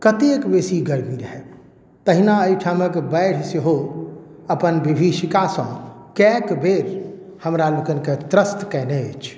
कतेक बेसी गरमी रहै तहिना अइठामक बाढ़ि सेहो अपन विभीषिकासँ कएक बेर हमरा लोकनिके त्रस्त कैने अछि